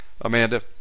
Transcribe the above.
Amanda